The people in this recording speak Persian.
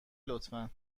لطفا